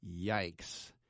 Yikes